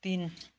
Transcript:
तिन